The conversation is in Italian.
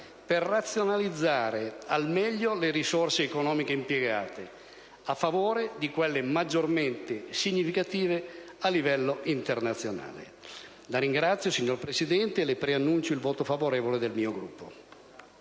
per razionalizzare al meglio le risorse economiche impiegate a favore di quelle maggiormente significative a livello internazionale. Signora Presidente, in conclusione, le preannuncio sin da ora il voto favorevole del mio Gruppo.